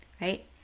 right